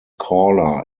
caller